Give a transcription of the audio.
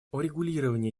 урегулирование